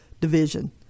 Division